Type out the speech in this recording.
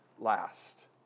last